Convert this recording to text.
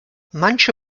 manche